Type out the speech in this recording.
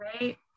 right